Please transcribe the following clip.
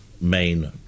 main